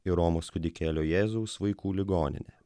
ir romos kūdikėlio jėzaus vaikų ligoninė